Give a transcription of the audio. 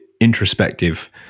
introspective